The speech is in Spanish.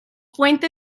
fuente